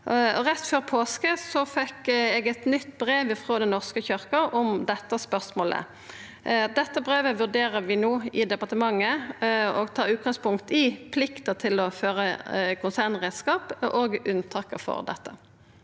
Rett før påske fekk eg eit nytt brev frå Den norske kyrkja om dette spørsmålet. Dette brevet vurderer vi no i departementet og tar da utgangspunkt i plikta til å føre konsernrekneskap og unntaka for dette.